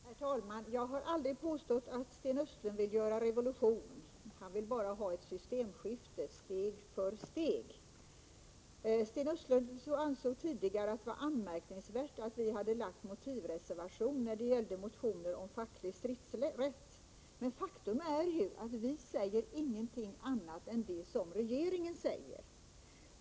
Herr talman! Jag har aldrig påstått att Sten Östlund vill göra revolution. Han vill bara ha ett systemskifte steg för steg. Sten Östlund ansåg tidigare att det var anmärkningsvärt att vi hade en motivreservation när det gällde motioner om facklig stridsrätt. Faktum är ju att vi inte säger något annat än det regeringen säger.